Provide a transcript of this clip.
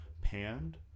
panned